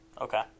Okay